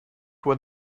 while